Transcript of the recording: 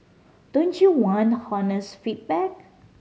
don't you want honest feedback